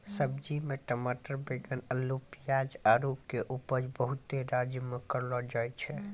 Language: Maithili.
सब्जी मे टमाटर बैगन अल्लू पियाज आरु के उपजा बहुते राज्य मे करलो जाय छै